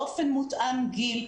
באופן מותאם גיל.